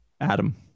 Adam